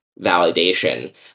validation